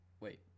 wait